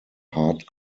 hard